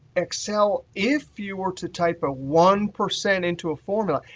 excel, if you were to type a one percent into a formula,